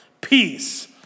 peace